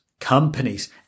companies